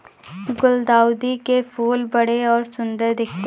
गुलदाउदी के फूल बड़े और सुंदर दिखते है